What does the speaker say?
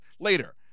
later